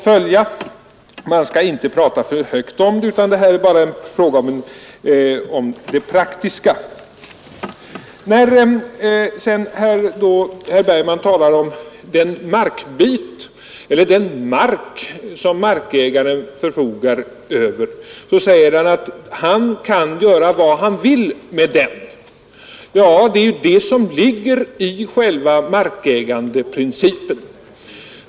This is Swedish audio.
Man skall inte prata för högt. Det är bara en fråga om det praktiska. När herr Bergman talar om den mark som markägaren förfogar över säger herr Bergman, att denne kan göra vad han vill med den. Ja, det är ju det som ligger i själva markägandeprincipen.